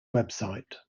website